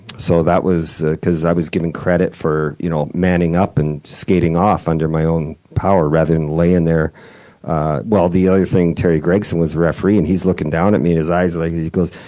so that was cause i was given credit for you know manning up and skating off under my own power, rather than laying there well, the other thing, terry gregson was the referee and he's looking down at me and his eyes are like he goes,